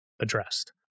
addressed